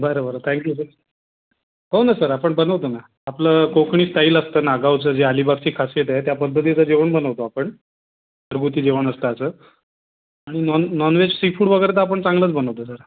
बरं बरं काहीच लोकं हो ना सर आपण बनवतो ना आपलं कोकणी स्टाईल असतं नागावचं जे अलिबागची खासियत आहे त्या पद्धतीचं जेवण बनवतो आपण घरगुती जेवण असं ताजं आणि नॉन नॉनवेज सी फूड वगैरे तर आपण चांगलंच बनवतो सर